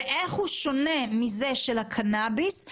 איך הוא שונה מזה של הקנאביס,